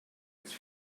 its